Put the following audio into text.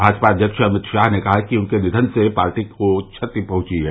भाजपा अध्यक्ष अमित शाह ने कहा कि उनके निघन से पार्टी को क्षति पहुंची है